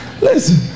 Listen